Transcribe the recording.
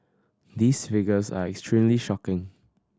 these figures are extremely shocking